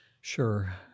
Sure